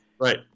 Right